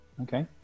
Okay